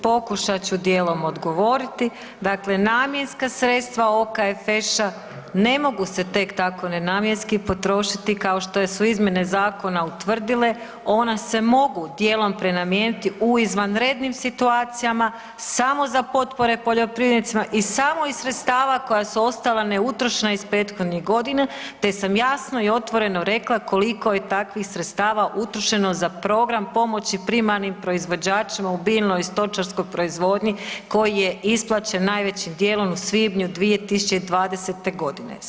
Pokušat ću dijelom odgovoriti dakle namjenska sredstva OKFŠ-a na mogu se tek tako nenamjenski potrošiti kao što su izmjene zakona utvrdile one se mogu dijelom prenamijeniti u izvanrednim situacijama samo za potpore poljoprivrednicima i samo iz sredstava koja su ostala neutrošena iz prethodnih godina te sam jasno i otvoreno rekla koliko je takvih sredstava utrošeno za program pomoći primarnim proizvođačima u biljnoj i stočarskoj proizvodnji koji je isplaćen najvećim dijelom u svibnju 2020. godine.